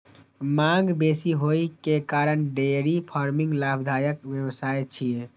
मांग बेसी होइ के कारण डेयरी फार्मिंग लाभदायक व्यवसाय छियै